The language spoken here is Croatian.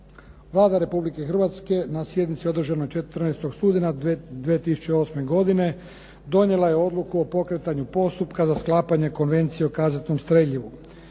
Vlada Republike Hrvatske na sjednici održanoj 14. studenog 2008. godine donijela je odluku o pokretanju postupka za sklapanje Konvencije o kazetnom streljivu.